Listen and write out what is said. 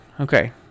Okay